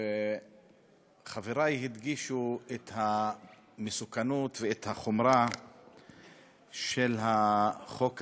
חברי הדגישו את המסוכנות ואת החומרה של החוק הזה,